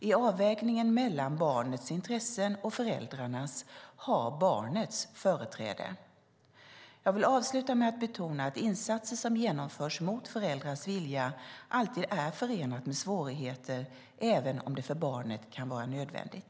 I avvägningen mellan barnets intressen och föräldrarnas har barnets företräde. Jag vill avsluta med att betona att insatser som genomförs mot föräldrars vilja alltid är förenat med svårigheter, även om det för barnet kan vara nödvändigt.